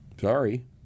sorry